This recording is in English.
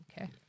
okay